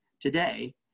today